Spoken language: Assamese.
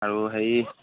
আৰু হেৰি